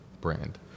brand